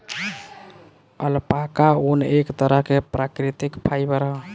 alpaca ऊन, एक तरह के प्राकृतिक फाइबर ह